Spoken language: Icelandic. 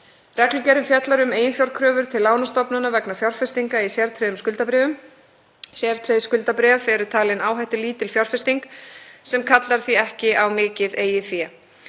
Reglugerðin fjallar um eiginfjárkröfur til lánastofnana vegna fjárfestinga í sértryggðum skuldabréfum. Sértryggð skuldabréf eru talin áhættulítil fjárfesting sem kallar því ekki á mikið eigið fé.